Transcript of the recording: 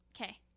Okay